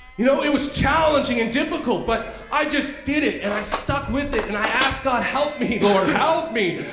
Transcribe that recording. you know, it was challenging and difficult but i just did it and i stuck with it and i asked god, help me, lord. help me.